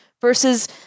versus